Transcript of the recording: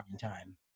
time